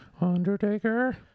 Undertaker